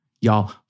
Y'all